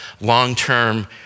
long-term